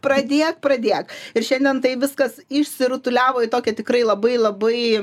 pradėk pradėk ir šiandien tai viskas išsirutuliavo į tokią tikrai labai labai